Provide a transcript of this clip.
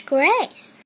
Grace